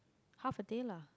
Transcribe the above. half a day lah